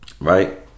Right